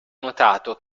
notato